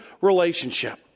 relationship